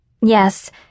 Yes